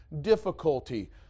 difficulty